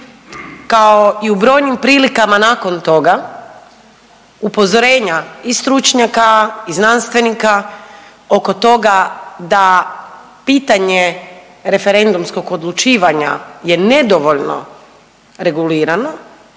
kao i u brojnim prilikama nakon toga upozorenja i stručnjaka i znanstvenika oko toga da pitanje referendumskog odlučivanja je nedovoljno regulirano